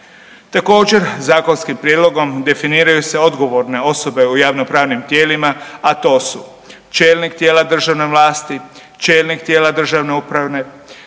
Također zakonskim prijedlogom definiraju se odgovorne osobe u javnopravnim tijelima, a to su čelnik tijela državne vlasti, čelnik tijela državne uprave,